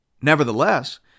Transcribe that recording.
Nevertheless